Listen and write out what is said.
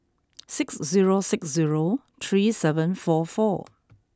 six zero six zero three seven four four